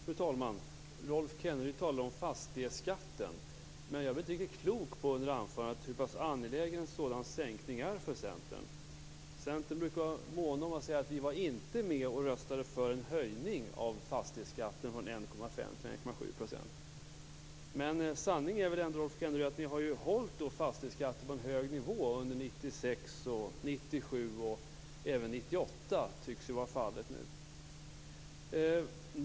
Fru talman! Rolf Kenneryd talar i sitt anförande om fastighetsskatten, men jag blir inte riktigt klok på hur angelägen en sänkning av denna skatt är för Centern. Centern brukar vara mån om att säga att man inte var med om att rösta för en höjning av fastighetsskatten från 1,5 till 1,7 %. Men sanningen är att fastighetsskatten har hållits på en hög nivå under 1996 och 1997 och att det tycks bli fallet även under 1998.